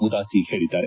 ಉದಾಸಿ ಹೇಳಿದ್ದಾರೆ